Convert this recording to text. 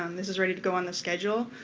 um this is ready to go on the schedule?